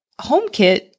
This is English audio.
HomeKit